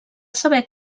saber